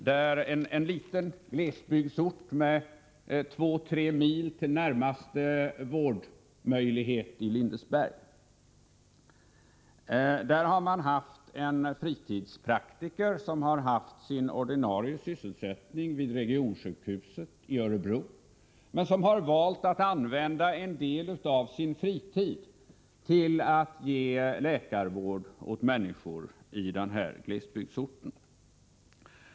Det är en liten glesbygdsort med 2-3 mil till närmaste vårdmöjlighet i Lindesberg. Där har man haft en fritidspraktiker som har haft sin ordinarie sysselsättning vid regionsjukhuset i Örebro men som valt att använda en del av sin fritid till att ge människor i denna glesbygdsort läkarvård.